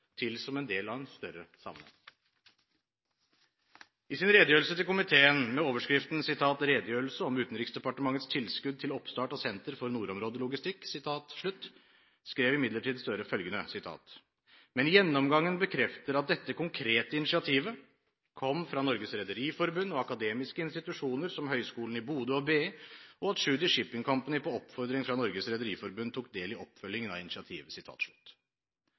til som en del av en større sammenheng. I sin redegjørelse til komiteen med overskriften «Utenriksdepartementets tilskudd til oppstart av et senter for nordområdelogistikk» skrev imidlertid Gahr Støre følgende: «Men gjennomgangen bekrefter at dette konkrete initiativet kom fra Norges Rederiforbund og akademiske institusjoner som Høgskolen i Bodø og BI, og at Tschudi Shipping Company på oppfordring fra Norges Rederiforbund tok del i oppfølgingen av initiativet.»